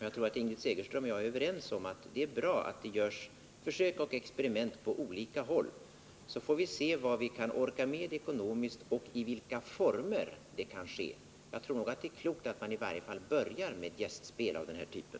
Ingrid Segerström och jag är nog överens om att det är bra att det görs försök och experiment på olika håll, så att vi ser vad man kan orka med ekonomiskt och i vilka former det kan ske. Jag tror att det är klokt att man i varje fall börjar med gästspel av den här typen.